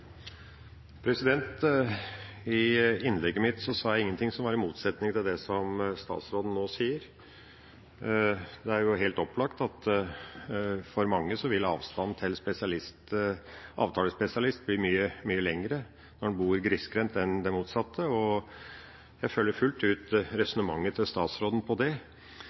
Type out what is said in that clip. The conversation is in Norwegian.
I innlegget mitt sa jeg ingenting som var i motsetning til det som statsråden nå sier. Det er helt opplagt at for mange vil avstanden til avtalespesialist bli mye lenger når man bor grisgrendt, enn motsatt. Jeg følger fullt ut resonnementet til statsråden på det. Men jeg la også merke til at statsråden sluttet seg til representanten Holthes innlegg, hvor poenget var det